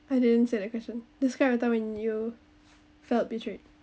I didn't say that question describe a time when you felt betrayed